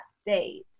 state